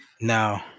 no